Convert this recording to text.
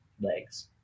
legs